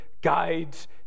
guides